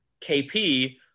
KP